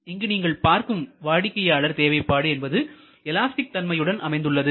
இங்கு நீங்கள் பார்க்கும் வாடிக்கையாளர் தேவைப்பாடு என்பது எலாஸ்டிக் தன்மையுடன் அமைந்துள்ளது